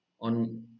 On